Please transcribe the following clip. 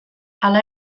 hala